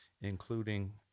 including